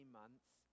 months